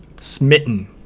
smitten